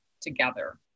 together